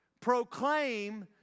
proclaim